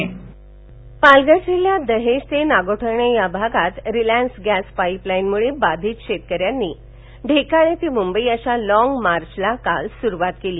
पालघर पालघर जिल्ह्यात दहेज ते नागोठने या भागात रिलायन्स गॅस पाईप लाईनमुळे बाधित शेतकऱ्यांनी ढेकाळे ते मुंबई अशा लोंग मार्चला काल सुरुवात केली